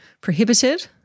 prohibited